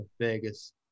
vegas